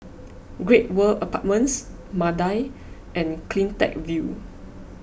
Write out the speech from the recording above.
Great World Apartments Mandai and CleanTech View